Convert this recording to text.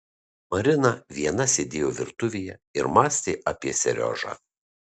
marina viena sėdėjo virtuvėje ir mąstė apie seriožą